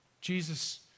Jesus